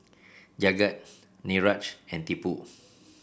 Jagat Niraj and Tipu